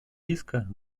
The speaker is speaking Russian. риска